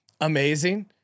amazing